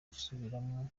gusubiramwo